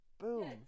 Boom